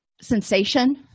sensation